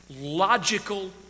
Logical